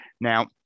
Now